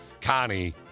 Connie